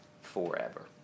forever